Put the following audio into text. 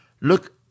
look